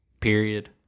Period